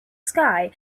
sky